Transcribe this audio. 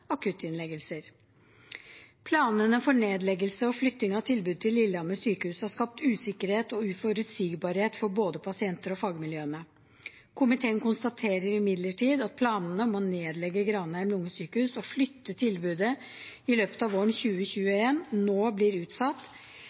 akuttinnleggelser. Planene for nedleggelse og flytting av tilbudet til Lillehammer sykehus har skapt usikkerhet og uforutsigbarhet for både pasienter og fagmiljøene. Komiteen konstaterer imidlertid at planene om å nedlegge Granheim lungesykehus og flytte tilbudet i løpet av våren 2021 nå blir utsatt